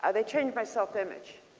ah they changed my self-image.